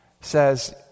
says